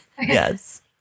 Yes